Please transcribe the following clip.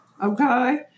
Okay